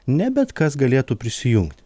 ne bet kas galėtų prisijungt